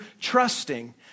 trusting